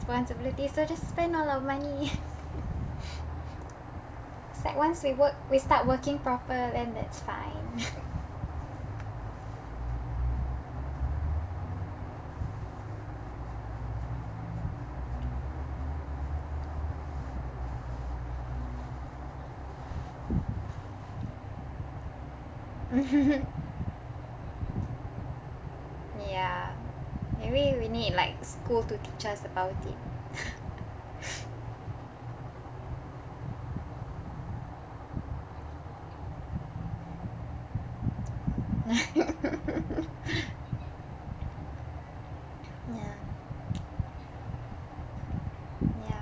responsibility so just spend all our money it's like once we work we start working proper then that's fine ya maybe we need like school to teach us about it ya